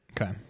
Okay